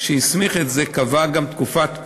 שהסמיך את זה קבע גם תקופת פיילוט,